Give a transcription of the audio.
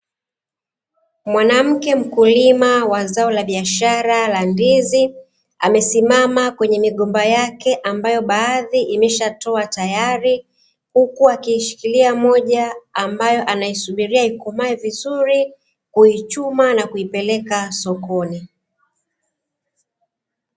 Mwanamke mkulima wa zao la biashara la ndizi, amesimama kwenye migomba yake ambayo baadhi imeshatoa tayari, huku akiishikiria moja ambayo anaisubiria ikomae vizuri kuichuma na kuipeleka sokoni.